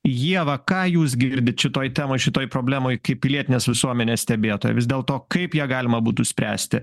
ieva ką jūs girdit šitoj temoj šitoj problemoj kaip pilietinės visuomenės stebėtoja vis dėlto kaip ją galima būtų spręsti